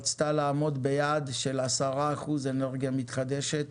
רצתה לעמוד ביעד של עשרה אחוזי אנרגיה מתחדשת